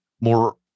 more